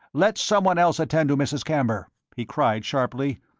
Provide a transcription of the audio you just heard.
let someone else attend to mrs. camber, he cried, sharply.